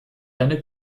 eine